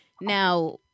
now